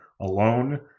alone